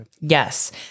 Yes